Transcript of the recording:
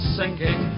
sinking